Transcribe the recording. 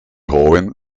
joven